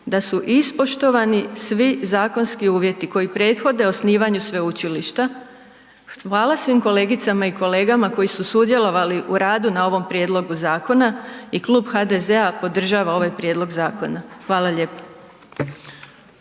da su ispoštovani svi zakonski uvjeti koji prethode osnivanju sveučilišta. Hvala svim kolegicama i kolegama koji su sudjelovali u radu na ovom prijedlogu zakona i Klub HDZ-a podržava ovaj prijedlog zakona. Hvala lijepa.